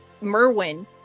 Merwin